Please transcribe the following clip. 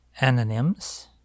Anonyms